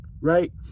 right